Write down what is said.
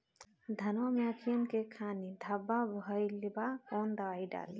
धनवा मै अखियन के खानि धबा भयीलबा कौन दवाई डाले?